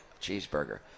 cheeseburger